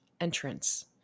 entrance